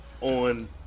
on